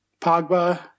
Pogba